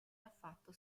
affatto